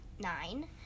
nine